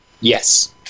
Yes